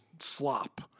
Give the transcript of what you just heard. slop